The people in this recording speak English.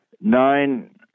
nine